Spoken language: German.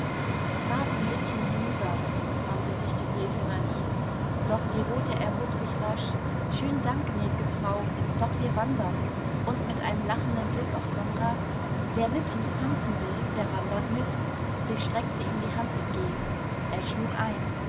fahr die mädchen hinüber wandte sich die gräfin an ihn doch die rote erhob sich rasch schönen dank gnäd'ge frau doch wir wandern und mit einem lachenden blick auf konrad wer mit uns tanzen will der wandert mit sie streckte ihm die hand entgegen er schlug ein